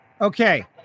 okay